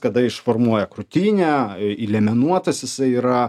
kada išformuoja krūtinę įliemenuotas jisai yra